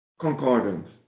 Concordance